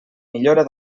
millora